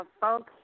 folks